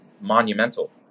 monumental